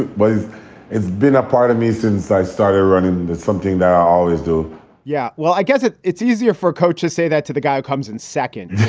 it's been a part of me since i started running. that's something that i always do yeah, well, i guess it's it's easier for coaches say that to the guy who comes in second